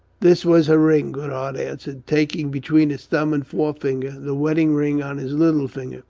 this was her ring, goodhart answered, taking between his thumb and forefinger the wedding-ring on his little finger.